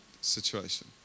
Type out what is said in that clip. situation